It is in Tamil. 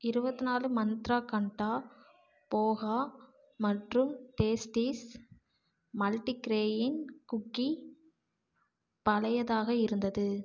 இருவத்தி நாலு மந்த்ரா கண்டா போஹா மற்றும் டேஸ்டீஸ் மல்ட்டிக்ரேயின் குக்கீ பழையதாக இருந்தது